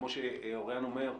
כמו שאוריין אומר,